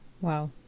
Wow